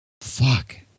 fuck